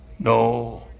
No